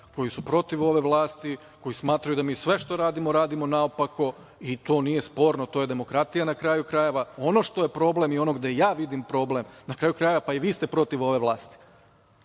koji su protiv ove vlasti, koji smatraju da mi sve što radimo radimo naopako i to nije sporno. To je demokratija, na kraju krajeva. Ono što je problem i gde ja vidim problem, na kraju krajeva i vi ste protiv ove vlasti,